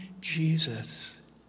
Jesus